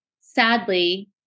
sadly